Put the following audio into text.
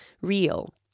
real